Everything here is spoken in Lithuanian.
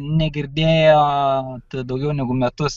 negirdėjot daugiau negu metus